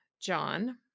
John